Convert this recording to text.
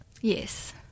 Yes